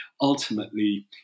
ultimately